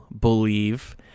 believe